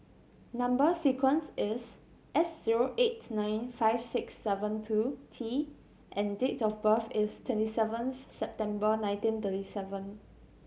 number sequence is S zero eight nine five six seven two T and date of birth is twenty seventh September nineteen thirty seven